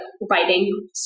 writing